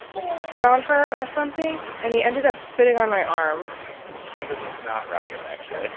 like, spit on her or something, and he ended up spitting on my arm it was a snot rocket, actually that's